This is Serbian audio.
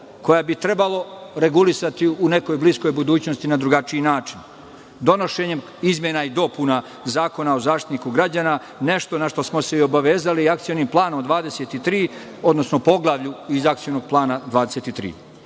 koja bi trebalo regulisati u nekoj bliskoj budućnosti na drugačiji način. Donošenjem izmena i dopuna Zakona o Zaštitniku građana, nešto na šta smo se i obavezali poglavljem iz Akcionog plana